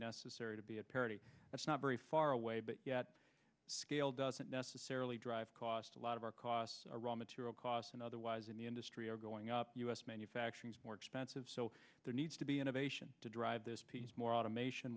necessary to be a parity that's not very far away but yet scale doesn't necessarily drive costs a lot of our costs are raw material costs and otherwise in the industry are going up u s manufacturing is more expensive so there needs to be innovation to drive more automation